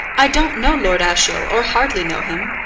i don't know lord ashiel, or hardly know him.